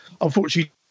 unfortunately